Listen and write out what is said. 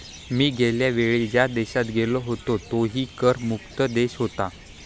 मी गेल्या वेळी ज्या देशात गेलो होतो तोही कर मुक्त देश होता